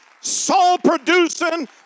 soul-producing